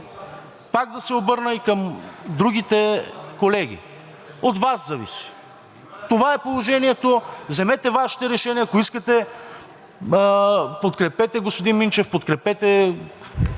пак да се обърна и към другите колеги – от Вас зависи. Това е положението. Вземете Вашите решения. Ако искате, подкрепете господин Минчев, подкрепете